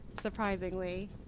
surprisingly